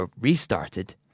restarted